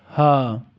हाँ